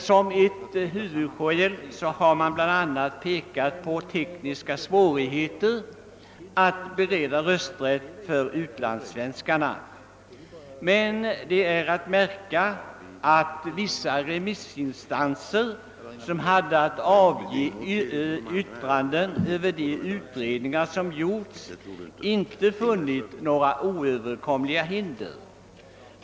Som ett huvudskäl har man pekat på de tekniska svårigheterna att bereda rösträtt för utlandssvenskarna. Det är emellertid att märka, att vissa av de remissinstanser, som haft att avge yttranden över utredningar som gjorts, inte funnit att några oöverstigliga hinder härvidlag föreligger.